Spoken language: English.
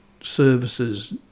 services